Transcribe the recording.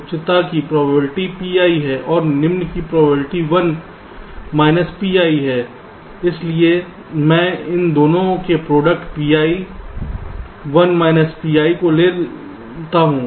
उच्चता की probability Pi है और निम्न की प्रोबेबिलिटी 1 माइनस Pi है इसलिए मैं इन दोनों के प्रोडक्ट Pi 1 माइनस Pi को ले ता हूं